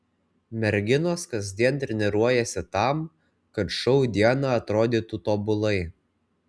merginos kasdien treniruojasi tam kad šou dieną atrodytų tobulai